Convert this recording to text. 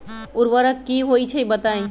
उर्वरक की होई छई बताई?